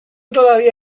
todavía